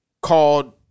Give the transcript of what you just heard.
called